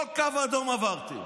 כל קו אדום עברתם.